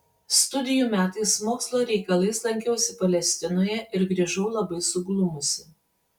studijų metais mokslo reikalais lankiausi palestinoje ir grįžau labai suglumusi